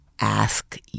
ask